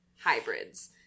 hybrids